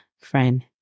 friend